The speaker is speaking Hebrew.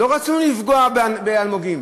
לא רצינו לפגוע באלמוגים.